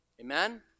Amen